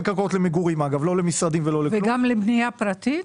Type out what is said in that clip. קרקעות למגורים ולא למשרדים --- זה גם לבנייה פרטית?